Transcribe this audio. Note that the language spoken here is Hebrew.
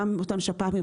גם אותם שפ"פים,